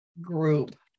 group